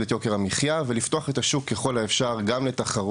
את יוקר המחייה ולפתוח את השוק ככל האפשר לתחרות,